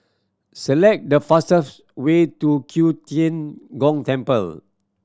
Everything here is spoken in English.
select the fastest way to Q Tian Gong Temple